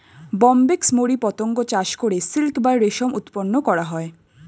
Bombyx mori পতঙ্গ চাষ করে সিল্ক বা রেশম উৎপন্ন করা হয়